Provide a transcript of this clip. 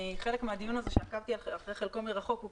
חלק מהדיון הזה שעקבתי אחרי חלקו מרחוק הוא